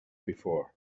before